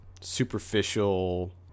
superficial